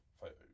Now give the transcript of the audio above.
photos